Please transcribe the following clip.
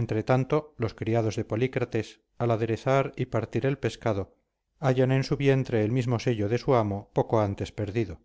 entretanto los criados de polícrates al aderezar y partir el pescado hallan en su vientre el mismo sello de su amo poco antes perdido